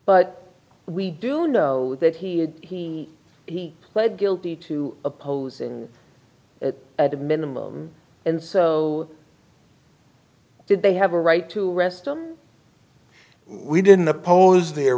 but we do know that he he he pled guilty to opposing it at a minimum and so did they have a right to arrest him we didn't oppose the